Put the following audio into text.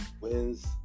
wins